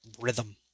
rhythm